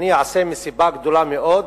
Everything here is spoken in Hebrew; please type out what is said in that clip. אני אעשה מסיבה גדולה מאוד